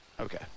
Okay